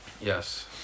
Yes